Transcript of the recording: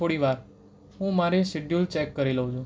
થોડી વાર હું મારી સેડ્યુલ ચેક કરી લઉં છું